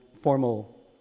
formal